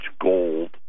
gold